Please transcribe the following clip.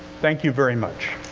thank you very much.